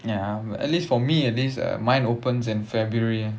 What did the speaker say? ya but at least for me at least uh mine opens in february